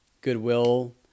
goodwill